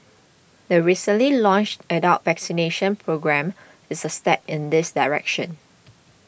the recently launched adult vaccination programme is a step in this direction